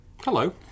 Hello